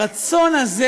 הרצון הזה